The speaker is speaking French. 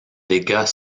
dégâts